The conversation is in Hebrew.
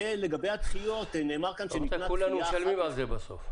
לגבי הדחיות נאמר כאן שניתנה דחיה אחת -- כולנו משלמים על זה בסוף.